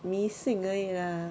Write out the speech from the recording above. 迷信而已 lah